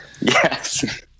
yes